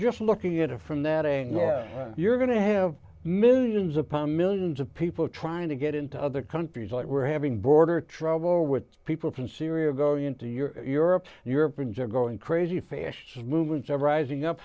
just looking at it from that angle you're going to have millions upon millions of people trying to get into other countries like we're having border trouble with people from syria going into your europe europeans are going crazy fascists movements are rising up